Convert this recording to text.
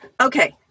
Okay